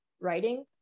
writing